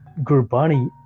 Gurbani